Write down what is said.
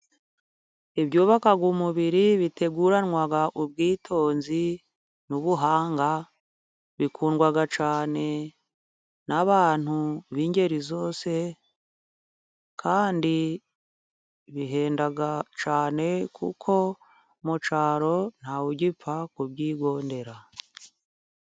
Ibyubaka umubiri biteguranwa ubwitonzi n'ubuhanga, bikundwa cyane n'abantu b'ingeri zose, kandi bihenda cyane, kuko mu cyaro ntawe ugipfa kubyigondera.